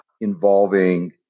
involving